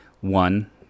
One